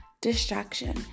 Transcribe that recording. distraction